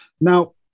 Now